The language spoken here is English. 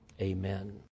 amen